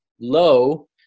low